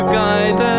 guide